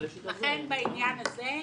לכן, בעניין הזה,